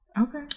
Okay